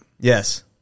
yes